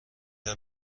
دهم